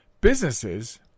businesses